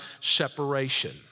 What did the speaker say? separation